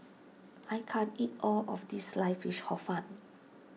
I can't eat all of this Sliced Fish Hor Fun